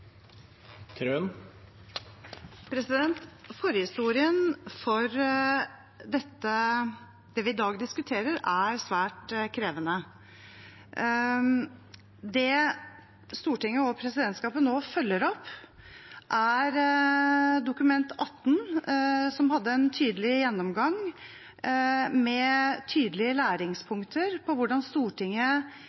under. Forhistorien til det vi i dag diskuterer, er svært krevende. Det Stortinget og presidentskapet nå følger opp, er Dokument 18 for 2017–2018, som hadde en tydelig gjennomgang med tydelige læringspunkter for hvordan Stortinget